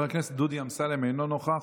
חבר הכנסת דודי אמסלם, אינו נוכח.